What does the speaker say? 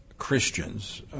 Christians